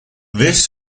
this